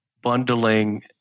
bundling